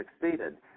succeeded